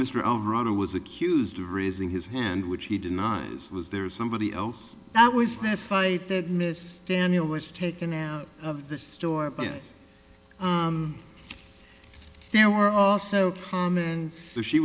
mr own runner was accused of raising his hand which he denies was there somebody else that was that fight that missed daniel was taken out of the store yes there were also home and s